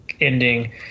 ending